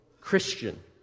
Christian